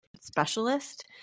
specialist